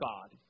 God